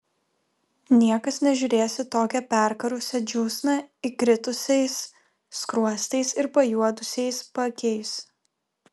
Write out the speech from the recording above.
niekas nežiūrės į tokią perkarusią džiūsną įkritusiais skruostais ir pajuodusiais paakiais